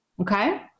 Okay